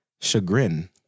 chagrin